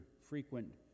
frequent